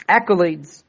Accolades